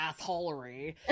assholery